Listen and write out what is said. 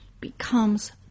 becomes